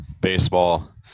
baseball